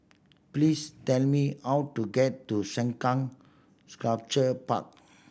please tell me how to get to Sengkang Sculpture Park